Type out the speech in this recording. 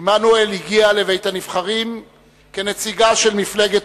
עמנואל הגיע לבית-הנבחרים כנציגה של מפלגת